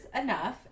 enough